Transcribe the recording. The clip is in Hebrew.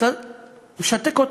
אתה משתק אותם.